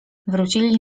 wrócili